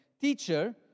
Teacher